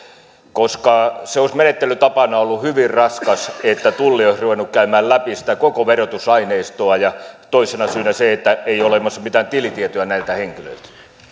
koska se olisi menettelytapana ollut hyvin raskas että tulli olisi ruvennut käymään läpi koko sitä verotusaineistoa ja toisena syynä on se että ei ole olemassa mitään tilitietoja näiltä henkilöiltä